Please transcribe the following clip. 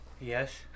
Yes